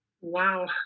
Wow